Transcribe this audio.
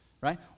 Right